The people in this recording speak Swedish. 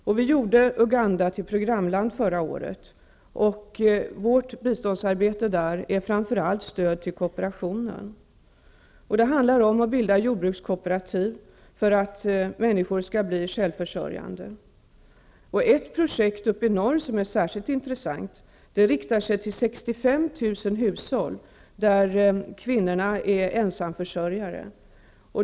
Sverige gjorde Uganda till programland förra året, och vårt biståndsarbete där är framför allt ett stöd till kooperationen. Det handlar om att bilda jordbrukskooperativ för att människor skall bli självförsörjande. Ett särskilt intressant projekt uppe i norr riktar sig till 65 000 hushåll där kvinnor är ensamförsörjare.